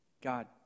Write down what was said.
God